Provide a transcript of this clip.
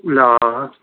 ल